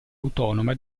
autonoma